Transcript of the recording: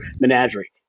menagerie